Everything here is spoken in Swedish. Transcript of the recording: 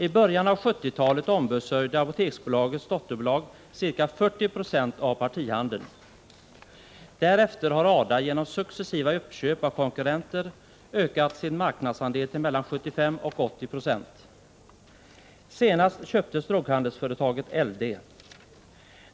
I början av 1970-talet ombesörjde Apoteksbolagets dotterbolag ca 40 96 av partihandeln. Därefter har ADA genom successiva uppköp ökat sin marknadsandel till mellan 75 20 och 80 26. Senast köptes droghandelsföretaget LD.